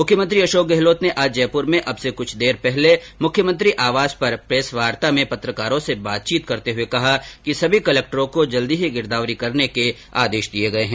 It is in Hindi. मुख्यमंत्री अशोक गहलोत ने आज जयपुर में अब से कुछ ही देर पहले मुख्यमंत्री आवास पर प्रेस वार्ता में पत्रकारों से कहा कि सभी कलेक्टरों को जल्द ही गिरदावरी करने के आदेश दिये गये हैं